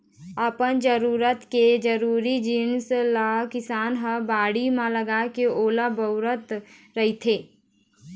अपन जरूरत के जरुरी जिनिस ल किसान ह बाड़ी म लगाके ओला बउरत रहिथे